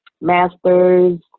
masters